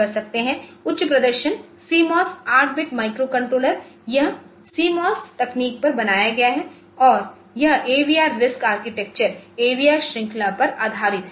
उच्च प्रदर्शन CMOS 8 bit microcontroller यह CMOS तकनीक पर बनाया गया है और यह AVR RISC आर्किटेक्चर AVR श्रृंखला पर आधारित है